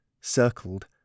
circled